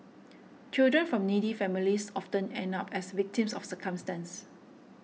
children from needy families often end up as victims of circumstance